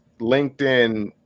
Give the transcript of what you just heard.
LinkedIn